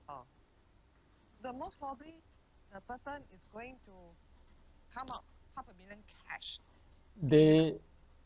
they